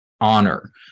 honor